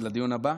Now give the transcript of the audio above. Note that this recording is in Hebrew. לדיון הבא?